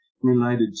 related